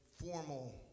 formal